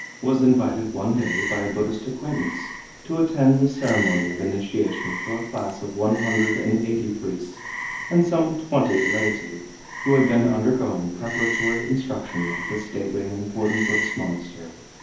was invited one day by a buddhist acquaintance to attend the ceremony of initiation for a class of one hundred and eighty priests and some twenty laity who had been undergoing preparatory instruction at the stately and important buddhist monastery.